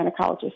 gynecologist